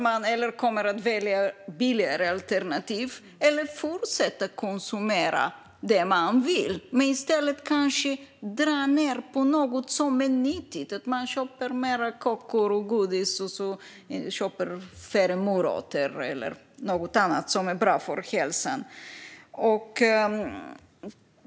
Man kommer att välja billigare alternativ eller att fortsätta att konsumera det man vill. I stället drar man kanske ned på något som är nyttigt. Man köper mer kakor och godis och färre morötter eller något annat som är bra för hälsan.